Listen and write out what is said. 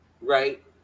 right